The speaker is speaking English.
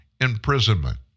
imprisonment